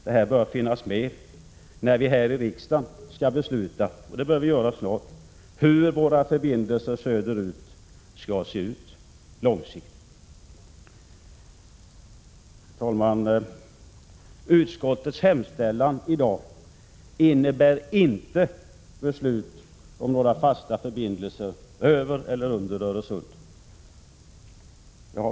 Det här bör finnas med när vi i riksdagen skall besluta — och det bör vi göra snart — hur Sveriges förbindelser söderut skall se ut långsiktigt. Herr talman! Utskottets hemställan innebär i dag inte beslut om några fasta förbindelser över eller under Öresund.